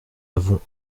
avons